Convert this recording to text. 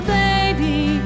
baby